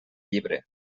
llibre